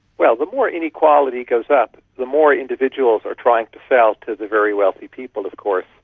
well, the more inequality goes up, the more individuals are trying to sell to the very wealthy people of course,